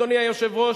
אדוני היושב-ראש,